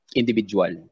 individual